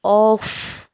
off